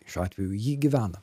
šiuo atveju ji gyvena